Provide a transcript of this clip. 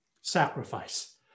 sacrifice